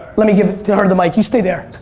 let me give her the mic. you stay there.